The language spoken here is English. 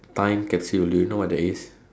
time capsule do you know what that is